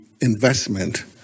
investment